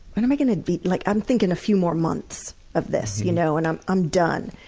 when am i going to be, like, i'm thinking a few more months of this you know and i'm i'm done!